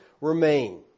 remain